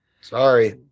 Sorry